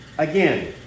Again